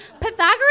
Pythagoras